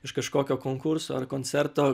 iš kažkokio konkurso ar koncerto